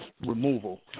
removal